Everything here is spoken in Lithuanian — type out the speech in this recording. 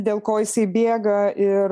dėl ko jisai bėga ir